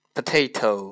Potato